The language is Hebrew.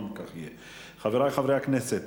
חברי חברי הכנסת,